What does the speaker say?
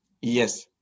Yes